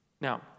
Now